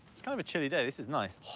it's kind of a chilly day. this is nice.